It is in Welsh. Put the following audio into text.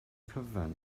cyfan